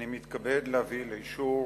אני מתכבד להביא לאישור